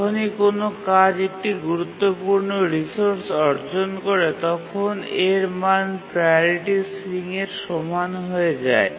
যখনই কোনও কাজ একটি গুরুত্বপূর্ণ রিসোর্স অর্জন করে তখন এর মান প্রাওরিটি সিলিংয়ের সমান হয়ে যায়